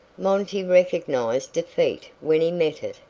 monty recognized defeat when he met it,